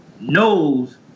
knows